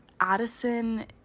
Addison